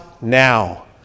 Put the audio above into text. now